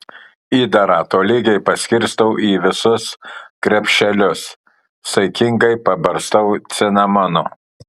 įdarą tolygiai paskirstau į visus krepšelius saikingai pabarstau cinamonu